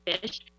fish